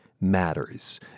matters